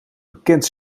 bekend